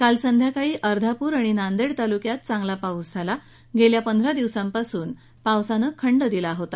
काल सायंकाळी अर्धापूर आणि नांदेड तालुक्यात चांगला पाऊस झाला मागील पंधरा दिवसापासून पावसाने खंड दिला होता